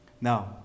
Now